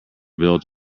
built